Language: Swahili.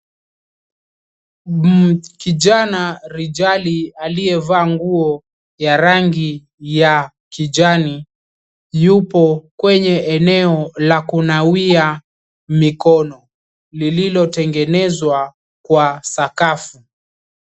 Kijana rijali aliyevaa nguo ya rangi ya kijani yupo kwenye eneo la kunawia mikono lililotengenezwa kwa sakafu.